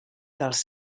dels